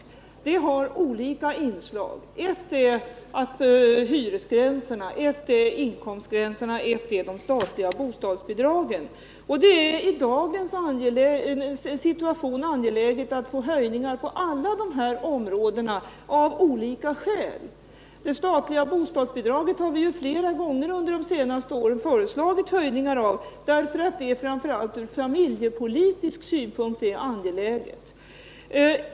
Stödet har olika inslag: hyresgränserna, inkomstgränserna och det statliga bostadsbidraget. Det är i dagens situation av olika skäl angeläget att få höjningar på alla dessa områden. Vi har flera gånger under de senaste åren föreslagit höjningar av det statliga bostadsbidraget, framför allt för att det från familjepolitisk synpunkt är angeläget.